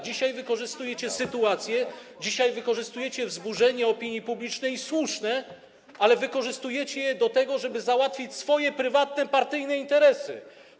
Dzisiaj wykorzystujecie sytuację, dzisiaj wykorzystujecie wzburzenie opinii publicznej - słuszne - ale wykorzystujecie je do tego, żeby załatwić swoje prywatne partyjne interesy.